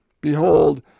Behold